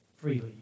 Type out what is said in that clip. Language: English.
freely